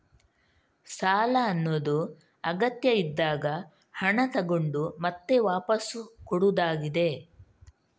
ಸಾಲ ಅನ್ನುದು ಅಗತ್ಯ ಇದ್ದಾಗ ಹಣ ತಗೊಂಡು ಮತ್ತೆ ವಾಪಸ್ಸು ಕೊಡುದಾಗಿದೆ